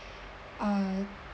uh